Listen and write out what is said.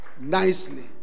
nicely